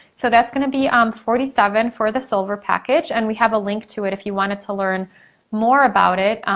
so that's gonna be um forty seven for the silver package and we have a link to it if you wanted to learn more about it.